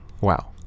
Wow